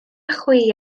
chwi